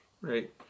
right